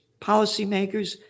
policymakers